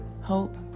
Hope